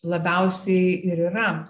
labiausiai ir yra